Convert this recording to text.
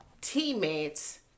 teammates